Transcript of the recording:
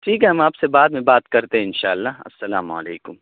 ٹھیک ہے ہم آپ سے بعد میں بات کرتے ہیں ان شاء اللہ السلام علیکم